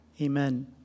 amen